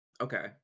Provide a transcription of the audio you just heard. okay